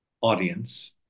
audience